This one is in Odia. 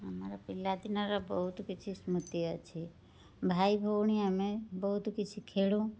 ଆମର ପିଲାଦିନର ବହୁତ କିଛି ସ୍ମୃତି ଅଛି ଭାଇ ଭଉଣୀ ଆମେ ବହୁତ କିଛି ଖେଳୁ